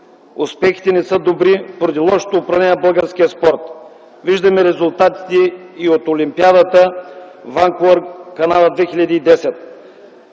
успехите не са добри поради лошото управление на българския спорт. Виждаме резултатите и от Олимпиадата „Ванкувър – Канада 2010”.